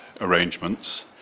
arrangements